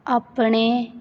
ਆਪਣੇ